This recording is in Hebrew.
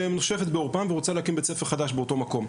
שנושפת בעורפם ורוצה להקים בית ספר חדש באותו מקום.